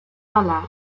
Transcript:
ballad